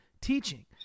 teaching